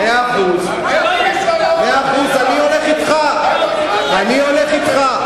לא יהיה שום דבר, מאה אחוז, אני הולך אתך.